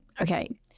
okay